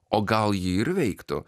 o gal ji ir veiktų